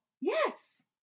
Yes